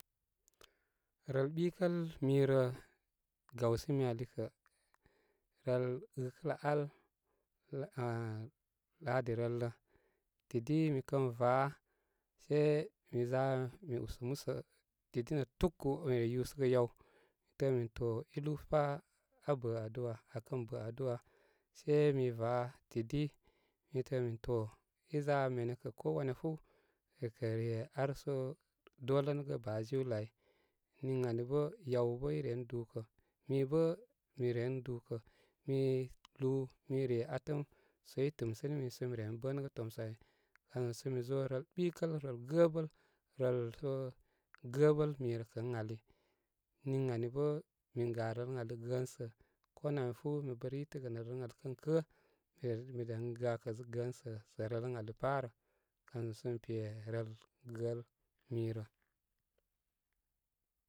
Rəl ɓikəl mirə gawsimi ali kə, rəl ɨkələ al ah ladi rələ tidi mi kən va se mi za mi usə músə tidi nə tuku, mire yusəgə yaw mi təə min to i lúúpá aa bə aduwa a kən bə aduwa se mi va tidi mi təə min to iza mene kə kowani wayyafu kə kə re arso dolənəgə bajiwlə ai niŋ ani bə yaw bə i ren dukə mibə mi ren dúkə mi lúú mi re atəm sə i tɨmsimi sə mi remi bənəgə tomsə ai kan zum sə mi rəl ɓikəl rəl gəəbəe vəl so gəbəl mirə kə ə ali niŋani bə min ga rələn ali gənsə ko namya fú mi pa ritəgə nə rətən ali kən kə mi re miren gakə gəəsə sə rəl ən ali parə kan zum sə mi pe rəl gəəl mirə.